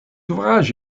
ouvrage